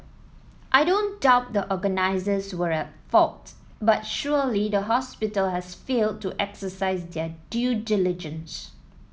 I don't doubt the organisers were at fault but surely the hospital has failed to exercise their due diligence